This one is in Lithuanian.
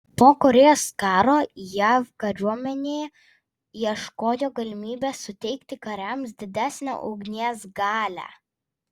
po korėjos karo jav kariuomenė ieškojo galimybės suteikti kariams didesnę ugnies galią